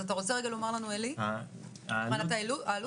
אתה רוצה לומר לנו רגע, עלי, מה העלות?